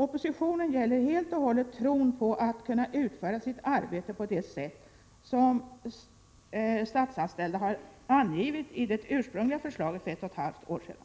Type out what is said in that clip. Oppositionen gäller helt och hållet den bristande tron på att kunna utföra sitt arbete på det sätt som statsanställda har angivit i det ursprungliga förslaget för ett och ett halvt år sedan.